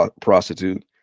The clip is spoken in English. prostitute